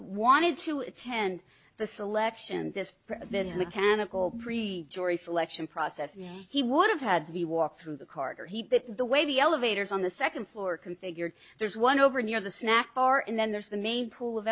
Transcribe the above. wanted to attend the selection this this mechanical breed jory selection process yeah he would have had to be walked through the corridor he the way the elevators on the second floor are configured there's one over near the snack bar and then there's the main pool of